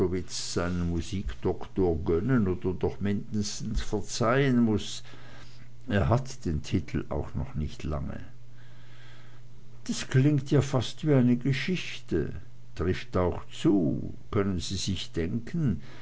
seinen musikdoktor gönnen oder doch mindestens verzeihen muß er hat den titel auch noch nicht lange das klingt ja fast wie ne geschichte trifft auch zu können sie sich denken